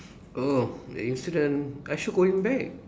oh the incident I should going back